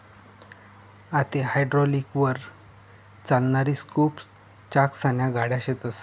आते हायड्रालिकलवर चालणारी स्कूप चाकसन्या गाड्या शेतस